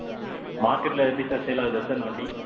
மார்க்கெட்டில் எப்படி sir sale ஆகுதா சார் இந்த வண்டி